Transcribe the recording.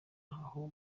aho